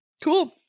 Cool